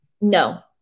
No